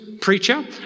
preacher